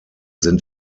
sind